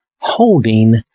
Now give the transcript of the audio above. holding